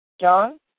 John